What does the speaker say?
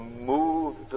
moved